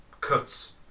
cuts